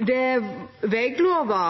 det er veglova